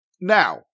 Now